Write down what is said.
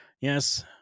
Yes